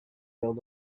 failed